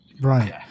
right